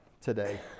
today